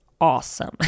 awesome